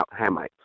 Hamites